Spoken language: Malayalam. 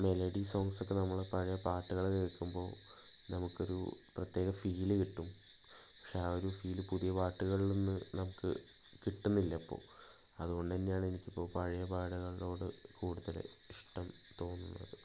മെലഡി സോങ്ങ്സൊക്കെ നമ്മള് പഴയ പാട്ടുകള് കേൾക്കുമ്പോൾ നമുക്കൊരു പ്രത്യേക ഫീല് കിട്ടും പക്ഷെ ആ ഒരു ഫീല് പുതിയ പാട്ടുകളിൽ നിന്ന് നമുക്ക് കിട്ടുന്നില്ല ഇപ്പോൾ അതുകൊണ്ട് തന്നെയാണ് എനിക്കിപ്പോൾ പഴയ പാട്ടുകളോട് കൂടുതല് ഇഷ്ടം തോന്നുന്നത്